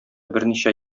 берничә